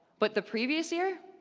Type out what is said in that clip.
but the previous year,